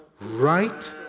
right